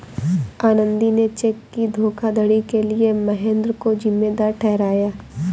आनंदी ने चेक की धोखाधड़ी के लिए महेंद्र को जिम्मेदार ठहराया